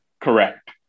Correct